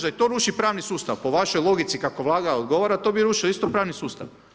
Da i to ruši pravni sustav po vašoj logici kako Vlada odgovara, to bi rušilo isto pravni sustav.